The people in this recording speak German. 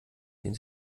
den